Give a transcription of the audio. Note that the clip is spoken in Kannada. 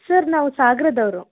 ಸರ್ ನಾವು ಸಾಗರದವ್ರು